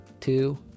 two